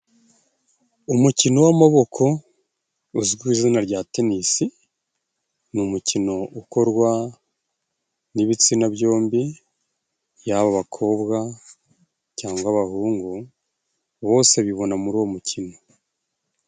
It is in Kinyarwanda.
Umukino w'amaboko uzwi ku izina rya Tenisi, ni umukino ukorwa n'ibitsina byombi, yaba abakobwa cyangwa abahungu, bose bibona muri uwo mukino.